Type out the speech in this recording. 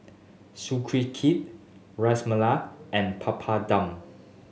Sukiyaki Ras Malai and Papadum